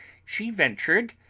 she ventured,